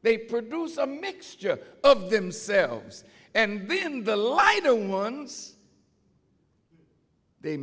they produce a mixture of themselves and then the lighter ones they